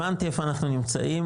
הבנתי איפה אנחנו נמצאים.